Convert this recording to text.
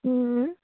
ও